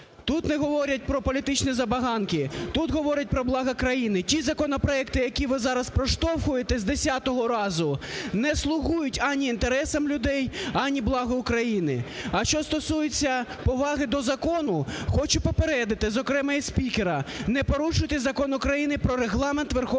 тут не говорять про політичні забаганки, тут говорять про благо країни. Ті законопроекти, які ви зараз проштовхуєте з десятого разу, не слугують ані інтересам людей, ані блага України. А що стосується поваги до закону? Хочу попередити, зокрема, і спікера, не порушуйте Закон України про Регламент Верховної Ради